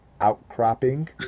outcropping